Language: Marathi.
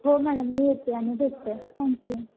हो मॅडम मी येते आणि भेटते थँक्यू